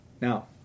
Now